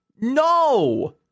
no